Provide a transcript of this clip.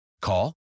Call